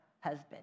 husband